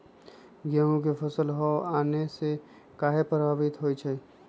गेंहू के फसल हव आने से काहे पभवित होई छई?